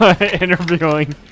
interviewing